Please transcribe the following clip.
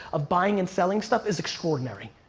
of buying and selling stuff, is extraordinary.